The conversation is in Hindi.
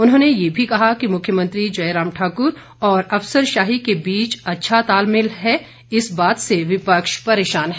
उन्होंने ये भी कहा कि मुख्यमंत्री जयराम ठाकुर और अफसरशाही के बीच अच्छा तालमेल है इस बात से विपक्ष परेशान है